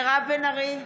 מירב בן ארי,